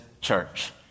church